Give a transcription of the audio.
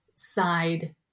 Side